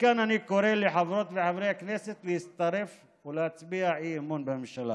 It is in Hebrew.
מכאן אני קורא לחברות וחברי הכנסת להצטרף ולהצביע אי-אימון בממשלה.